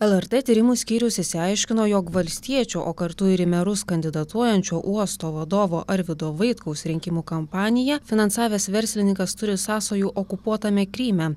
lrt tyrimų skyrius išsiaiškino jog valstiečių o kartu ir į merus kandidatuojančio uosto vadovo arvydo vaitkaus rinkimų kampaniją finansavęs verslininkas turi sąsajų okupuotame kryme